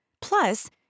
Plus